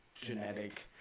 genetic